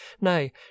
nay